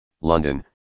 London